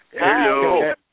Hello